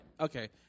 okay